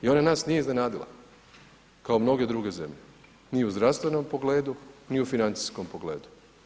I ona nas nije iznenadila kao mnoge druge zemlje, ni u zdravstvenom pogledu, ni u financijskom pogledu.